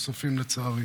לצערי,